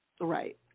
right